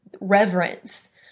reverence